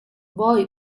وای